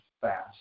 fast